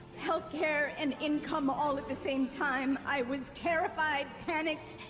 healthcare, and income all at the same time, i was terrified, panicked.